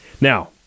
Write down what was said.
Now